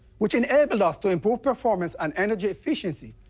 which enabled us to improve performance and energy efficiency,